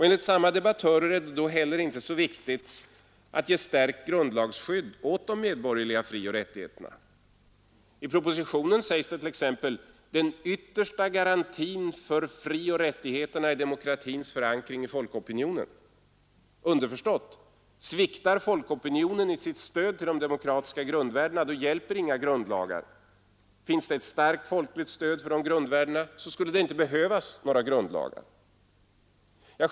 Enligt samma debattörer är det då heller inte så viktigt att ge stärkt grundlagsskydd åt de medborgerliga frioch rättigheterna. I propositionen sägs det t.ex.: ”Den yttersta garantin för frioch rättigheter är demokratins förankring i folkopinionen.” Underförstått: sviktar folkopinionen i sitt stöd till demokratiska grundvärden hjälper inga grundlagar; finns det ett starkt folkligt stöd för dessa grundvärden, skulle det inte behövas några grundlagar.